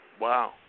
Wow